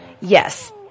Yes